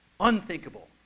unthinkable